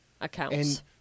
Accounts